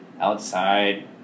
outside